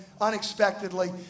unexpectedly